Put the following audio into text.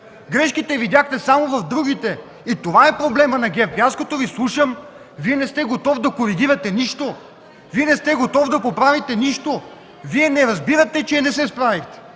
Грешките видяхте само в другите. Това е проблемът на ГЕРБ. Като Ви слушам, Вие не сте готов да коригирате нищо, не сте готов да поправите нищо! Вие не разбирате, че не се справихте!